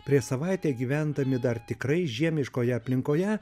prieš savaitę gyvendami dar tikrai žiemiškoje aplinkoje